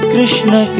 Krishna